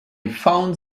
found